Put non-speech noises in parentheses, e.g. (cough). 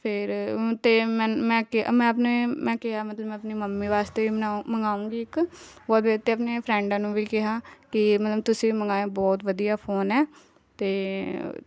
ਫਿਰ ਅਤੇ ਮੈਂ ਮੈਂ ਕਿ ਮੈਂ ਅਪਣੇ ਮੈਂ ਕਿਹਾ ਮਤਲਬ ਮੈਂ ਆਪਣੀ ਮੰਮੀ ਵਾਸਤੇ (unintelligible) ਮੰਗਵਾਉਂਗੀ ਇੱਕ (unintelligible) ਅਤੇ ਆਪਣੇ ਫਰੈਂਡਾਂ ਨੂੰ ਵੀ ਕਿਹਾ ਕਿ ਮਤਲਬ ਤੁਸੀਂ ਵੀ ਮੰਗਾਇਓ ਬਹੁਤ ਵਧੀਆ ਫ਼ੋਨ ਹੈ ਅਤੇ